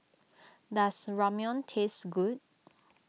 does Ramyeon taste good